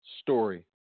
story